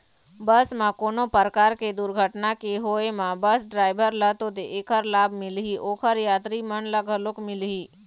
बस म कोनो परकार के दुरघटना के होय म बस डराइवर ल तो ऐखर लाभ मिलही, ओखर यातरी मन ल घलो मिलही